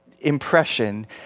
impression